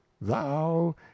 thou